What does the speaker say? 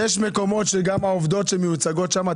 יש מקומות שגם העובדות שמיוצגות שם,